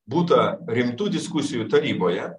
būta rimtų diskusijų taryboje